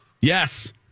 Yes